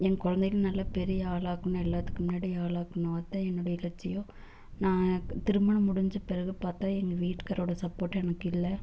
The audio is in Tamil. என் குழந்தைகள நல்லா பெரிய ஆளாக்கணும் எல்லாத்துக்கு முன்னாடியும் ஆளாக்கணும் அதுதான் என்னுடைய லட்சியம் நான் திருமணம் முடிஞ்ச பிறகு பார்த்தா எங்கள் வீட்டுகாரோட சப்போர்ட் எனக்கு இல்லை